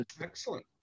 excellent